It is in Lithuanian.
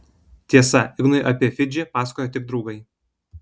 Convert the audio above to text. tiesa ignui apie fidžį pasakojo tik draugai